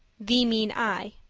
thee mean i,